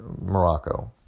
Morocco